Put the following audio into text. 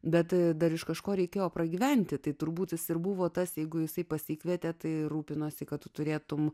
bet dar iš kažko reikėjo pragyventi tai turbūt jis ir buvo tas jeigu jisai pasikvietė tai rūpinosi kad tu turėtumei